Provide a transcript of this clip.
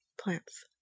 Plants